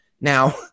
Now